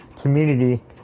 community